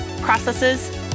processes